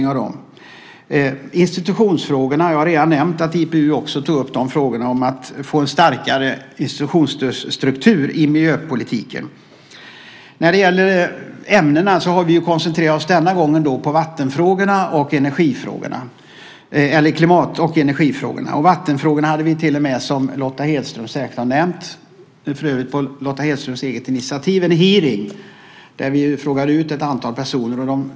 Vi tar upp institutionsfrågorna - jag har redan nämnt att IPU också tog upp frågorna om att få en starkare institutionsstruktur i miljöpolitiken. När det gäller ämnena har vi denna gång koncentrerat oss på vattenfrågorna och klimat och energifrågorna. Vattenfrågorna hade vi till och med, som Lotta Hedström säkert har nämnt, en hearing om - för övrigt på Lotta Hedströms eget initiativ - där vi frågade ut ett antal personer.